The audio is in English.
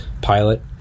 pilot